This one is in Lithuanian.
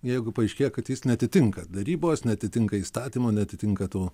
jeigu paaiškėja kad jis neatitinka darybos neatitinka įstatymo neatitinka tų